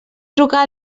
trucar